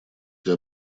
для